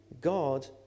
God